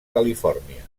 califòrnia